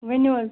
ؤنِو حظ